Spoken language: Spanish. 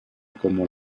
como